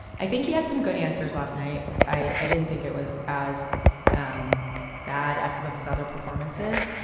i think he had some good answers last night. i i didn't think it was as um bad as some of his other performances.